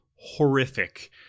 horrific